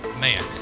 man